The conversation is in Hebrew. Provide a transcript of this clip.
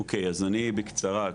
אוקיי, אז אני בקצרה.